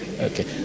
okay